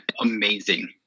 amazing